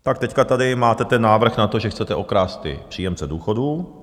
Tak teď tady máte ten návrh na to, že chcete okrást příjemce důchodů.